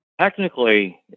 Technically